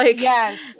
Yes